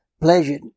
Pleasure